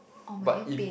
but if